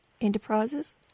enterprises